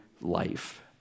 life